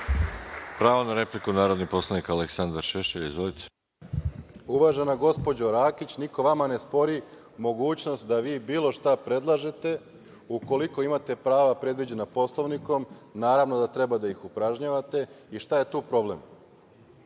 Pravo na repliku, narodni poslanik Aleksandar Šešelj. Izvolite. **Aleksandar Šešelj** Uvažena gospođo Rakić, niko vama ne spori mogućnost da vi bilo šta predlažete. Ukoliko imate prava predviđena Poslovnikom, naravno da treba da ih upražnjavate. I, šta je tu problem?